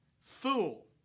Fool